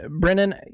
Brennan